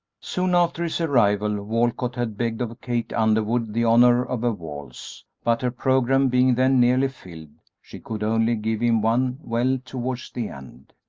soon after his arrival walcott had begged of kate underwood the honor of a waltz, but her programme being then nearly filled she could only give him one well towards the end.